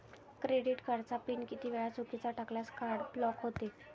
Credit कार्डचा pin किती वेळा चुकीचा टाकल्यास कार्ड ब्लॉक होते?